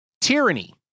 Tyranny